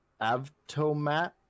avtomat